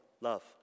love